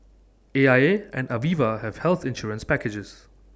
A I A and Aviva have health insurance packages